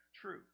true